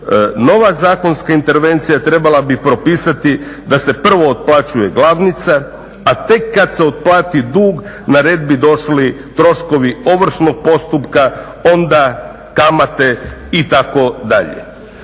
Nova zakonska intervencija trebala bi propisati da se prvo otplaćuje glavnica a tek kada se otplati dug na red bi došli troškovi ovršnog postupka onda kamate itd..